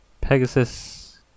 Pegasus